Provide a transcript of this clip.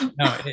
No